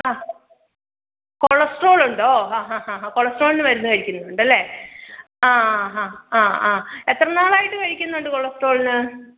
ആ കൊളസ്ട്രോൾ ഉണ്ടോ ആ ഹാ ഹാ ഹാ കൊളസ്ട്രോളിന് മരുന്ന് കഴിക്കുന്നുണ്ടല്ലേ ആ ഹാ ആ ആ എത്ര നാളായിട്ട് കഴിക്കുന്നുണ്ട് കൊളസ്ട്രോളിന്